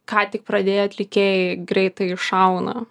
ką tik pradėję atlikėjai greitai iššauna